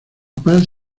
paz